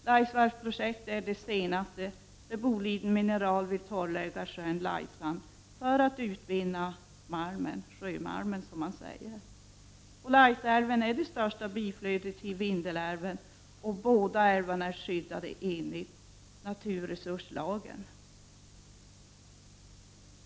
Laisvallprojektet är det senaste i raden, där Boliden Mineral vill torrlägga sjön Laisan för att utvinna sjömalm. Laisälven är det största biflödet till Vindelälven, och båda älvarna är skyddade enligt naturresurslagen.